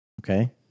Okay